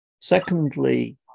Secondly